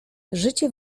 życie